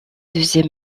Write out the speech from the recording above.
deuxième